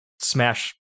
smash